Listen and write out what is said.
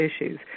issues